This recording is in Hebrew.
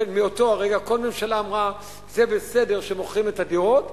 ומאותו רגע כל ממשלה אמרה: זה בסדר שמוכרים את הדירות,